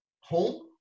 home